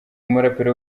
umuraperi